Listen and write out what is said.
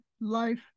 life